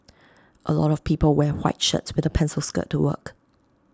A lot of people wear white shirts with A pencil skirt to work